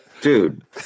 Dude